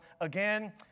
again